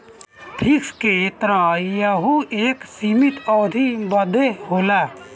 fix के तरह यहू एक सीमित अवधी बदे होला